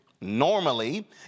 Normally